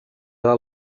del